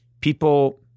people